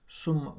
sum